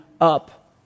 up